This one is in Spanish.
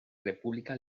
república